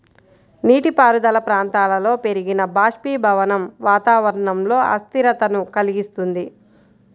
నీటిపారుదల ప్రాంతాలలో పెరిగిన బాష్పీభవనం వాతావరణంలో అస్థిరతను కలిగిస్తుంది